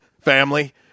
family